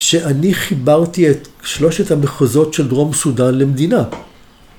‫שאני חיברתי את שלושת המחוזות ‫של דרום סודן למדינה.